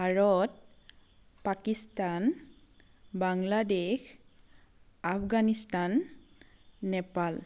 Bharat Pakistan Bangladesh Afghanistan Nepal